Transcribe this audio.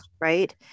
right